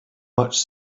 much